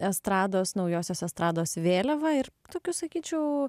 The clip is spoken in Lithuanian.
estrados naujosios estrados vėliava ir tokiu sakyčiau